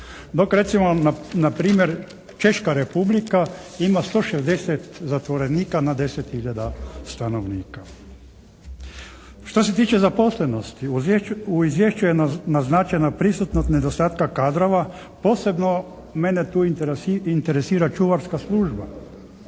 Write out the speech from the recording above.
Dok recimo na primjer Češka Republika ima 160 zatvorenika na 10 hiljada stanovnika. Što se tiče zaposlenosti u izvješću je naznačena prisutnost nedostatka kadrova. Posebno mene tu interesira čuvarska služba.